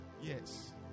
Yes